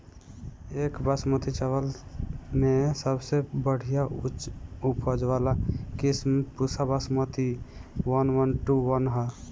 एक बासमती चावल में सबसे बढ़िया उच्च उपज वाली किस्म Pusa Basmati one one two one ह?